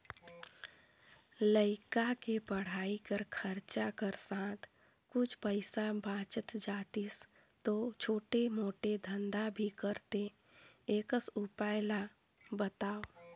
लइका के पढ़ाई कर खरचा कर साथ कुछ पईसा बाच जातिस तो छोटे मोटे धंधा भी करते एकस उपाय ला बताव?